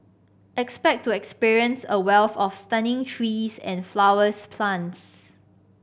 expect to experience a wealth of stunning trees and flowers plants